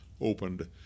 opened